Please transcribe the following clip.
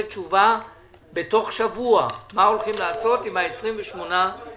2021. מי בעד אישור תקציב מבקר המדינה,